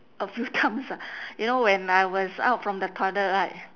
a few times ah you know when I was out from the toilet right